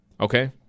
Okay